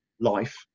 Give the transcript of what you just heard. life